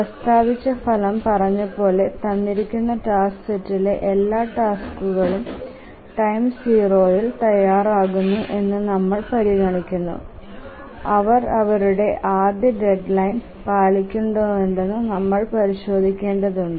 പ്രസ്താവിച്ച ഫലം പറഞ്ഞപോലെ തന്നിരിക്കുന്ന ടാസ്ക് സെറ്റിലെ എല്ലാ ടാസ്കുകളും ടൈം 0യിൽ തയാറാകുന്നു എന്നു നമ്മൾ പരിഗണിക്കുന്നു അവർ അവരുടെ ആദ്യ ഡെഡ്ലൈൻ പാലിക്കുന്നുണ്ടോയെന്ന് നമ്മൾ പരിശോധിക്കേണ്ടതുണ്ട്